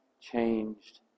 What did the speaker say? changed